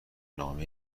نامه